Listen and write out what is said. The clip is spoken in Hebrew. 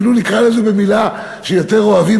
ואפילו נקרא לזה במילה שיותר אוהבים,